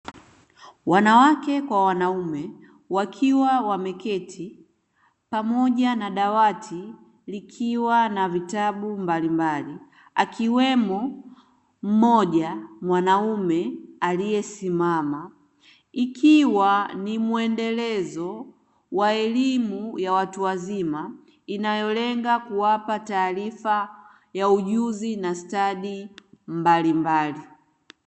Wanawake kwa wanaume wakiwa wameketi pamoja na dawati likiwa na vitabu mbalimbali akiwemo mmoja mwanaume aliyesimama, ikiwa ni mwendelezo wa elimu ya watu wazima inayolenga kuwapa taarifa ya ujuzi na stadi mbalimbali.